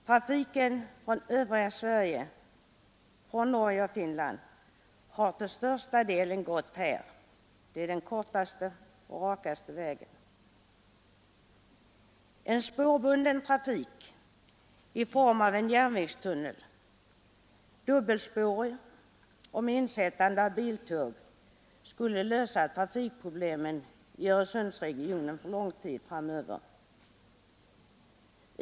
Trafiken från övriga Sverige, från Norge och från Finland har till största delen gått där. Det är den kortaste och rakaste vägen. En spårbunden trafik genom en järnvägstunnel, dubbelspårig och med insättande av biltåg, skulle lösa trafikproblemen i Öresundsregionen för lång tid framöver.